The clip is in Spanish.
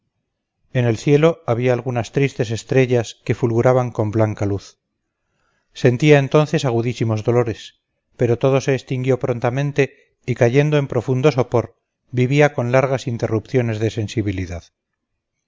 en el cielo había algunas tristes estrellas que fulguraban con blanca luz sentía entonces agudísimos dolores pero todo se extinguió prontamente y cayendo en profundo sopor vivía con largas interrupciones de sensibilidad